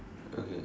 okay